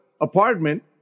apartment